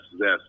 yes